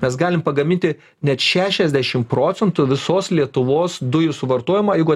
mes galim pagaminti net šešiasdešimt procentų visos lietuvos dujų suvartojimo jeigu